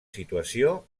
situació